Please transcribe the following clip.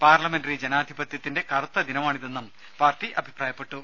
parliamentary ജനാധിപത്യത്തിന്റെ കറുത്ത ദിനമാണിതെന്നും പാർട്ടി അഭിപ്രായപ്പെട്ടു